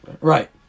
Right